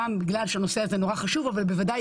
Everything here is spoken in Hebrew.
גם בגלל שהנושא הזה מאוד חשוב אבל בוודאי